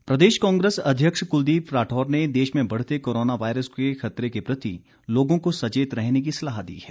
राठौर प्रदेश कांग्रेस अध्यक्ष कुलदीप राठौर ने देश में बढ़ते कोरोना वायरस के खतरे के प्रति लोगों को सचेत रहने की सलाह दी है